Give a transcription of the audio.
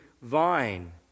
vine